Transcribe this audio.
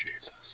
Jesus